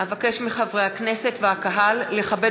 אבקש מחברי הכנסת והקהל לכבד